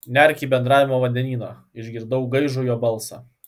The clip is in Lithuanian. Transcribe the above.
nerk į bendravimo vandenyną išgirdau gaižų jo balsą